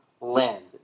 land